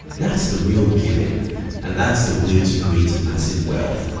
that's the real giving and that's the way to create massive wealth.